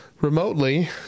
Remotely